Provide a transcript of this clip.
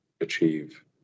achieve